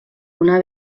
una